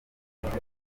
divide